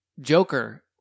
joker